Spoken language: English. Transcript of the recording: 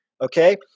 Okay